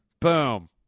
Boom